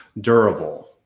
durable